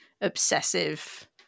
obsessive